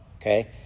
okay